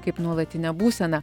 kaip nuolatinę būseną